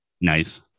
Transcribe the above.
Nice